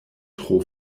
tro